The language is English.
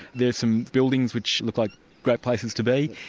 there's some buildings which look like great places to be,